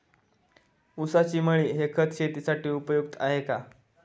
ऊसाची मळी हे खत शेतीसाठी उपयुक्त आहे का?